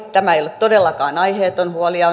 tämä ei ole todellakaan aiheeton huoli